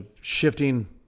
shifting –